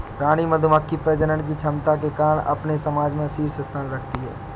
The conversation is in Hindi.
रानी मधुमक्खी प्रजनन की क्षमता के कारण अपने समाज में शीर्ष स्थान रखती है